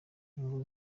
ingo